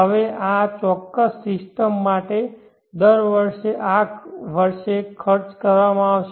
હવે આ ચોક્કસ સિસ્ટમ માટે દર વર્ષે આ વર્ષે ખર્ચ કરવામાં આવશે